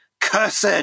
Cursed